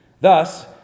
Thus